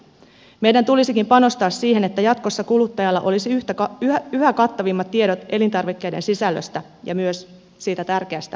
meidän tulisikin panostaa siihen että jatkossa kuluttajalla olisi yhä kattavammat tiedot elintarvikkeiden sisällöstä ja myös siitä tärkeästä alkuperästä